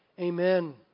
Amen